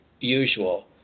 usual